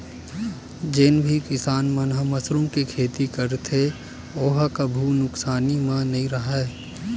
जेन भी किसान मन ह मसरूम के खेती करथे ओ ह कभू नुकसानी म नइ राहय